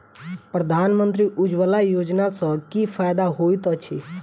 प्रधानमंत्री उज्जवला योजना सँ की फायदा होइत अछि?